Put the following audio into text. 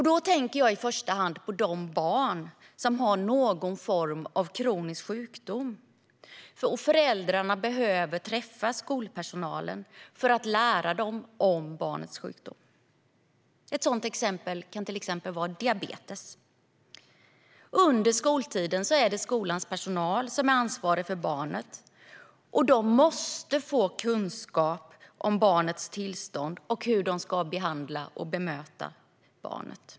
Då tänker jag i första hand på barn som har någon form av kronisk sjukdom och där föräldrarna behöver träffa skolpersonalen för att lära dem om barnets sjukdom. Ett sådant exempel kan vara diabetes. Under skoltiden är det skolans personal som är ansvarig för barnet. De måste få kunskap om barnets tillstånd och hur de ska behandla och bemöta barnet.